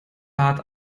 bat